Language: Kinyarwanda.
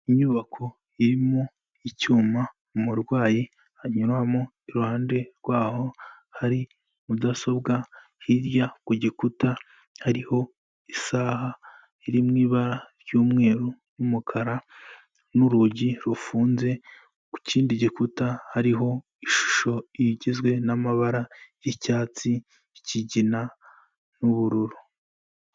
Inyubako irimo icyuma umurwayi anyuramo, iruhande rwaho hari mudasobwa, hirya ku gikuta hariho isaha iri mu ibara ry'umweru, n'umukara, n'urugi rufunze, ku kindi gikuta hariho ishusho igizwe n'amabara y'icyatsi, ikigina, n'ubururu.